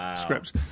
scripts